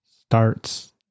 starts